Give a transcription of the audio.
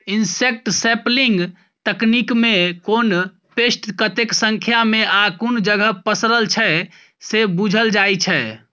insect sampling तकनीकमे कोन pest कतेक संख्यामे आ कुन जगह पसरल छै से बुझल जाइ छै